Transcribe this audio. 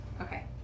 Okay